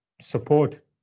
support